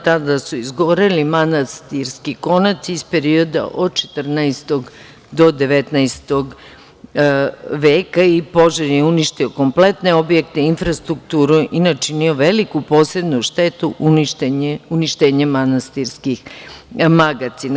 Tada su izgoreli manastirski konaci iz perioda od 14. do 19. veka i požar je uništio kompletne objekte, infrastrukturu i načinio veliku posebnu štetu uništenjem manastirskih magacina.